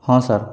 ହଁ ସାର୍